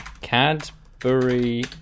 Cadbury